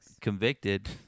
convicted